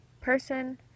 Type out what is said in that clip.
person